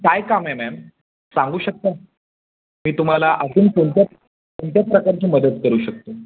काय काम आहे मॅम सांगू शकता मी तुम्हाला अजून कोणत्या कोणत्या प्रकारची मदत करू शकतो